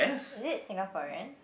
is it Singaporean